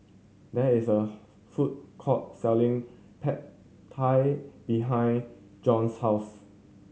there is a food court selling Pad Thai behind Jon's house